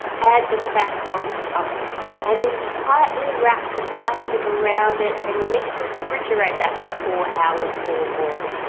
add the fat on top and then tightly wrap the plastic around it and you need to refrigerate that for four hours or more.